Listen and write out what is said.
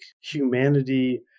humanity